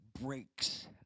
breaks